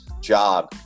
job